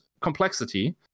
complexity